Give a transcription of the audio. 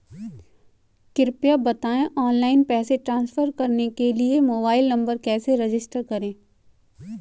कृपया बताएं ऑनलाइन पैसे ट्रांसफर करने के लिए मोबाइल नंबर कैसे रजिस्टर करें?